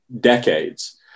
decades